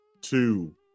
two